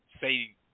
say